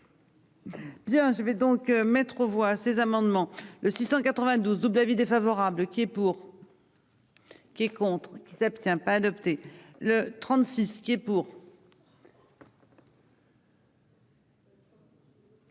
Bien je vais donc mettre aux voix ces amendements le 692 double avis défavorable qui est pour.-- Qui est contre qui s'abstient pas adopté le. Est pour.